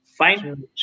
Fine